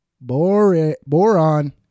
Boron